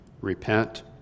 repent